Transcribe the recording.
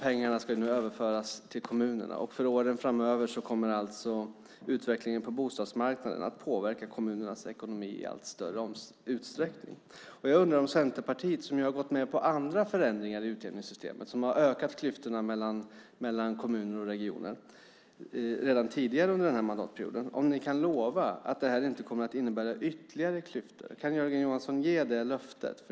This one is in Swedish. Pengarna ska överföras till kommunerna, och under åren framöver kommer utvecklingen på bostadsmarknaden alltså att i allt större utsträckning påverka kommunernas ekonomi. Centerpartiet har tidigare under mandatperioden även gått med på andra förändringar i utjämningssystemet, vilket har ökat klyftorna mellan kommuner och regioner. Jag undrar därför om Jörgen Johansson kan lova att detta förslag inte kommer att innebära ytterligare klyftor. Kan Jörgen Johansson ge det löftet?